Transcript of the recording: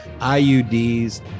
IUDs